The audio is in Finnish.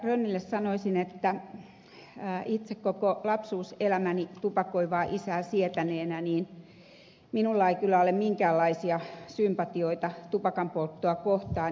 rönnille sanoisin että itse koko lapsuuselämäni tupakoivaa isää sietäneenä minulla ei kyllä ole minkäänlaisia sympatioita tupakanpolttoa kohtaan